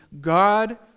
God